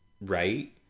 right